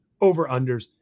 over-unders